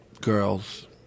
Girls